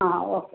അ okay